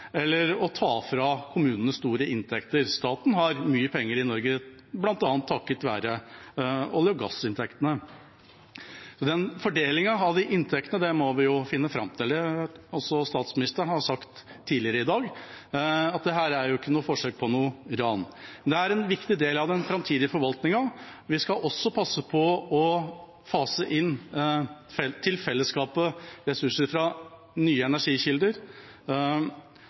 eller å ta fra kommunene store inntekter. Staten har mye penger i Norge, bl.a. takket være olje- og gassinntektene. Fordelingen av de inntektene må vi finne fram til. Statsministeren sa tidligere i dag at dette ikke er et forsøk på noe ran. Men det er en viktig del av den framtidige forvaltningen. Vi skal også passe på å fase inn til fellesskapet ressurser fra nye energikilder.